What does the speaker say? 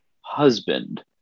husband